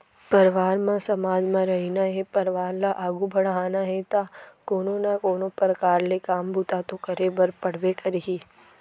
परवार म समाज म रहिना हे परवार ल आघू बड़हाना हे ता कोनो ना कोनो परकार ले काम बूता तो करे बर पड़बे करही